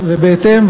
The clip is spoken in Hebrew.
ובהתאם,